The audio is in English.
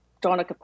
Donna